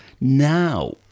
Now